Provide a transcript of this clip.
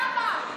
למה?